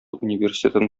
университетын